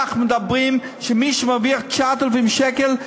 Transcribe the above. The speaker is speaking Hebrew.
אנחנו אומרים שמי שמרוויח 9,000 שקל,